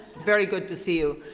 very good to see you.